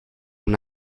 una